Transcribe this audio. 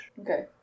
Okay